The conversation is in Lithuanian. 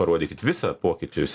parodykit visą pokyčius